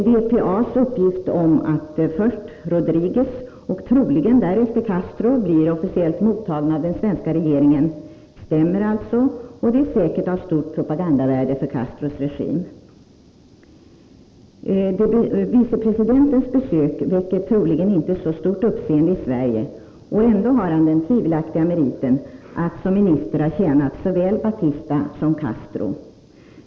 DPA:s uppgift att först Rodriguez och därefter troligen Castro blir officiellt mottagna av den svenska regeringen stämmer alltså, och det är säkert av stort propagandavärde för Castros regim. Vicepresidentens besök väcker troligen inte så stort uppseende i Sverige. Ändå har han den tvivelaktiga meriten att som minister ha tjänat såväl Batista som Castro.